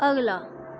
अगला